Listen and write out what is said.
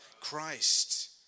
Christ